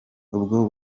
ubwo